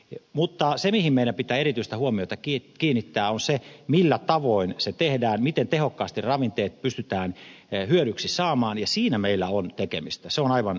mutta se mihin meidän pitää erityistä huomiota kiinnittää on se millä tavoin se tehdään miten tehokkaasti ravinteet pystytään hyödyksi saamaan ja siinä meillä on tekemistä se on aivan selvä asia